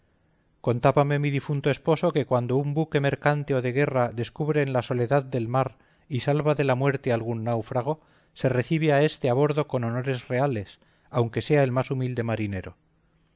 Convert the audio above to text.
contábame mi difunto esposo que cuando un buque mercante o de guerra descubre en la soledad del mar y salva de la muerte a algún náufrago se recibe a este a bordo con honores reales aunque sea el más humilde marinero